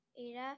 Ada